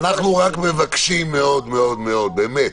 אנחנו רק מבקשים מאוד מאוד מאוד, באמת,